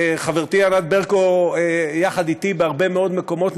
חברתי ענת ברקו יחד אתי בהרבה מאוד מקומות,